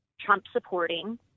Trump-supporting